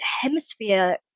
hemisphere